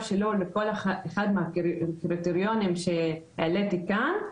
שלו בכל אחד מהקריטריונים שהעליתי כאן.